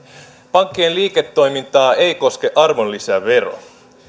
pankkien liiketoimintaa ei koske arvonlisävero